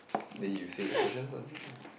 then you say the questions ah